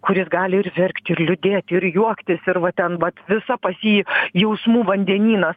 kuris gali ir verkti ir liūdėti ir juoktis ir va ten vat visa pas jį jausmų vandenynas